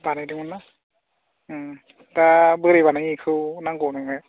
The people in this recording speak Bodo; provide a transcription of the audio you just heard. बानायदोंमोन ना उम दा बोरै बानायो बेखौ नांगौ नोंनो